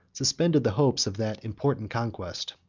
suspended the hopes of that important conquest.